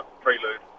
Prelude